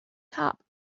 top